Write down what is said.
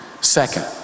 Second